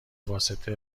واسطه